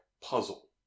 puzzle